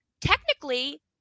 technically